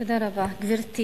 גברתי